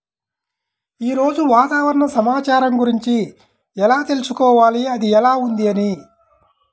ఈరోజు వాతావరణ సమాచారం గురించి ఎలా తెలుసుకోవాలి అది ఎలా ఉంది అని?